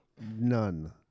None